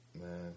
Man